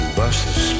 buses